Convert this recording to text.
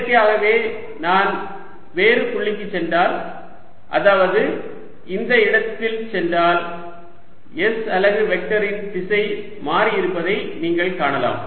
இயற்கையாகவே நான் வேறு புள்ளிக்குச் சென்றால் அதாவது இந்த இடத்தில் சென்றால் s அலகு வெக்டரின் திசை மாறியிருப்பதை நீங்கள் காணலாம்